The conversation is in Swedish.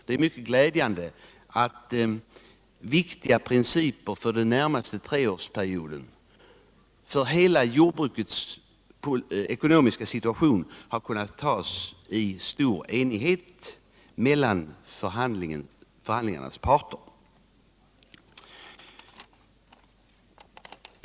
Det är mycket glädjande att för hela jordbrukets ekonomiska situation viktiga principer i stor enighet mellan förhandlingsparterna har kunnat beslutas för den närmaste treårsperioden.